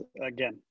Again